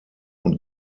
und